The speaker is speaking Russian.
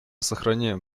сохраняем